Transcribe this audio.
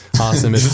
awesome